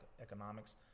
economics